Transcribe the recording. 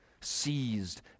seized